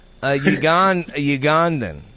Ugandan